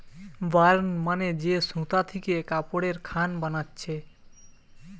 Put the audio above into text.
burn মানে যে সুতা থিকে কাপড়ের খান বানাচ্ছে